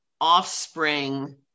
offspring